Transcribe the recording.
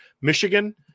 Michigan